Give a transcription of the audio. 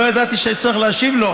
לא ידעתי שאני אצטרך להשיב לו,